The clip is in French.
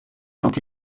quand